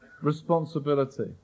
responsibility